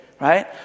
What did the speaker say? right